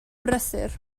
brysur